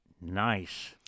Nice